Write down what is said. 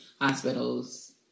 hospitals